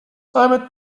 climate